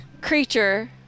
creature